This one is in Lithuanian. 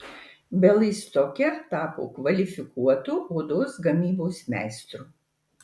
bialystoke tapo kvalifikuotu odos gamybos meistru